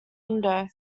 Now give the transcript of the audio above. window